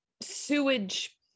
sewage